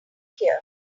here